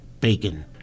bacon